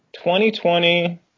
2020